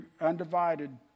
undivided